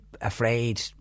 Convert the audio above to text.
afraid